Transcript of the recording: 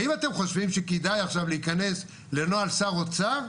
האם אתם חושבים שכדאי עכשיו להיכנס לנוהל שר אוצר?